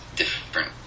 different